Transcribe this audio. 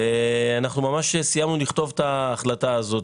אנחנו ממש סיימנו לכתוב את ההחלטה הזאת,